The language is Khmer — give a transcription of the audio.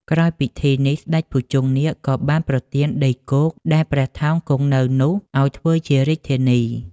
ក្រោយពិធីនេះ ស្ដេចភុជង្គនាគក៏បានប្រទានដីគោកដែលព្រះថោងគង់នៅនោះ ឲ្យធ្វើជារាជធានី។